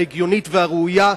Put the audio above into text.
ההגיונית והראויה,